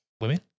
Women